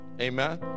Amen